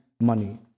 money